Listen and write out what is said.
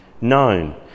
known